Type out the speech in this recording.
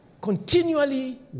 continually